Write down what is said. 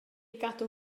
gadw